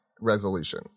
resolution